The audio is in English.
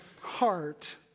heart